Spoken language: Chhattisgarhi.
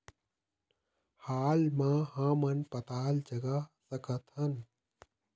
हाल मा हमन पताल जगा सकतहन?